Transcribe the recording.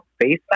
face